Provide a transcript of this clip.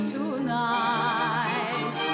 tonight